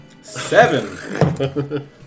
Seven